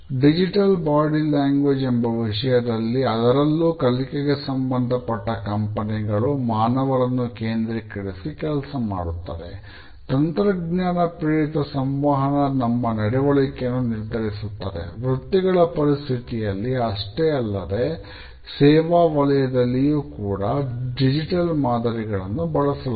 digital body language ಮಾದರಿಗಳನ್ನು ಬಳಸಲಾಗಿದೆ